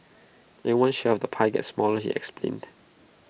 everyone's share the pie gets smaller he explained